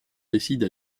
décide